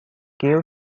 gail